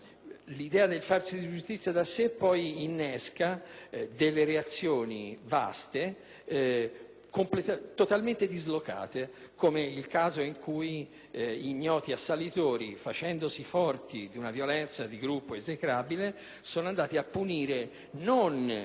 L'idea del farsi giustizia da sé poi innesca delle reazioni vaste, totalmente dislocate, come il caso in cui ignoti assalitori, facendosi forti di una violenza di gruppo esecrabile, sono andati a punire non